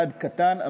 צעד קטן,